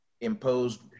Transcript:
imposed